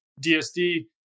DSD